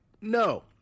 no